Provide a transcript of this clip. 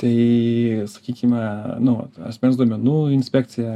tai sakykime nu asmens duomenų inspekcija